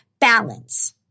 balance